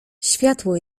światło